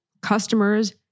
customers